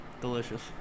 Delicious